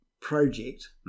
project